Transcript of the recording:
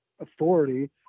authority